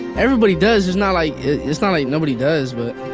everybody does. it's not like it's not like nobody does, but